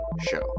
show